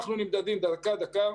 אנחנו נמדדים דקה-דקה,